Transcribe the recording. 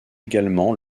également